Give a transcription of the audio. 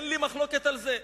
אין לי מחלוקת על זה.